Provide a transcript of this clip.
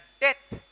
death